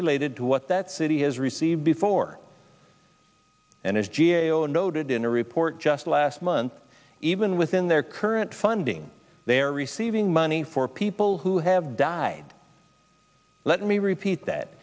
related to what that city has received before and as g a o noted in a report just last month even within their current funding they are receiving money for people who have died let me repeat that